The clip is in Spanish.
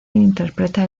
interpreta